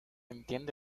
entiende